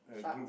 sharks